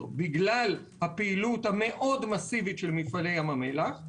בגלל הפעילות המאוד מסיבית של מפעלי ים המלח,